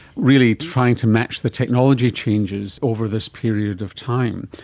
really trying to match the technology changes over this period of time,